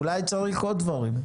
אחד הפתרונות, אולי צריך עוד דברים.